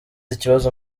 ikibazo